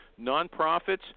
nonprofits